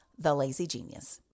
TheLazyGenius